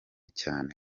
cyane